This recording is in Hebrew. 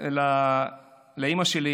גם לאימא שלי,